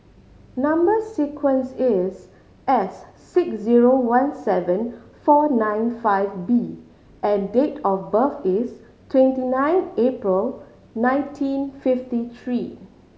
number sequence is S six zero one seven four nine five B and date of birth is twenty nine April nineteen fifty three